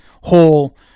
whole